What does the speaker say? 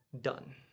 done